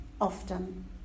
often